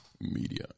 Media